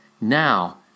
Now